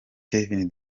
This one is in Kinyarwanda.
kevin